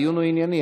הדיון הוא ענייני,